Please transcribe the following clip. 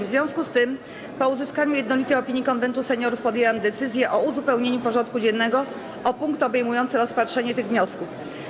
W związku z tym, po uzyskaniu jednolitej opinii Konwentu Seniorów, podjęłam decyzję o uzupełnieniu porządku dziennego o punkt obejmujący rozpatrzenie tych wniosków.